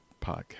podcast